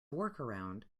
workaround